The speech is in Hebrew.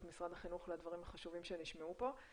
משרד החינוך לדברים החשובים שנשמעו פה.